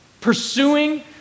pursuing